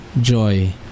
joy